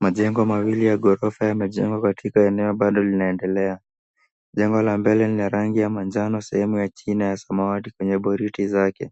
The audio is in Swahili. Majengo mawili ya ghorofa yamejengwa katika eneo bado linaendelea, jengo la mbele na rangi ya manjano sehemu ya china ya samawati kwenye goriti zake,